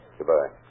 Goodbye